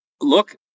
Look